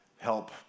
help